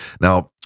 Now